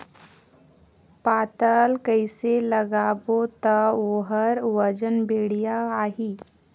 पातल कइसे लगाबो ता ओहार वजन बेडिया आही?